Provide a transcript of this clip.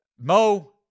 Mo